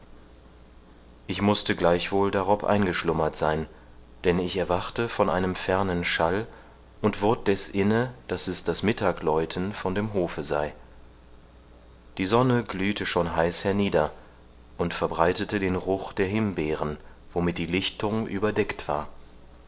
ich mußte gleichwohl darob eingeschlummert sein denn ich erwachte von einem fernen schall und wurd deß inne daß es das mittagläuten von dem hofe sei die sonne glühte schon heiß hernieder und verbreitete den ruch der himbeeren womit die lichtung überdeckt war